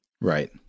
Right